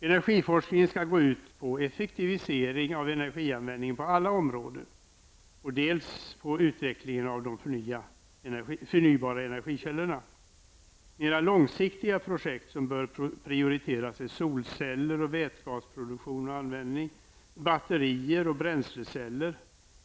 Energiforskningen skall gå ut på dels effektivisering av energianvändningen på alla områden, dels utveckling av de förnybara energikällorna. Mera långsiktiga projekt som bör prioriteras är solceller, produktion och användning av vätgas, batterier och bränsleceller.